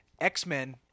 X-Men